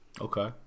okay